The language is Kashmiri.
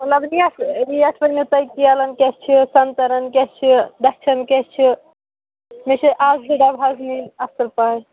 مطلب ریٹ ریٹ ؤنِو تُہۍ کیلَن کیٛاہ چھِ سَنٛگتَرَن کیٛاہ چھِ تہٕ دَچھَن کیٛاہ چھِ مےٚ چھِ اَکھ زٕ ڈَبہٕ حظ نِنۍ اَصٕل پہم